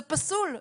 זה פסול,